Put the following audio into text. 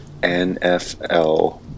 NFL